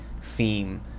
theme